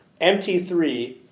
MT3